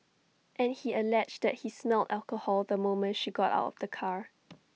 and he alleged that he smelled alcohol the moment she got out of the car